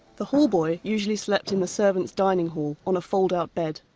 the hallboy usually slept in the servants' dining hall on a fold out bed.